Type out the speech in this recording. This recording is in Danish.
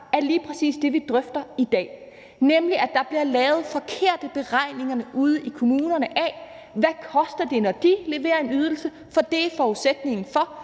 af lige præcis det, vi drøfter i dag, nemlig at der bliver lavet forkerte beregninger ude i kommunerne af, hvad det koster, når de leverer en ydelse, for det er forudsætningen for,